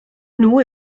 nhw